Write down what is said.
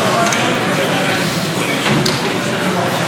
15 באוקטובר 2018. אני מתכבד לפתוח ישיבה מיוחדת